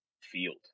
field